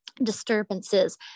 disturbances